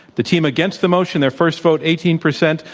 the team against the motion, their first vote eighteen percent.